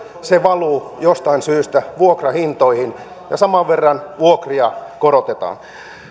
se valuu jostain syystä vuokrahintoihin ja saman verran vuokria korotetaan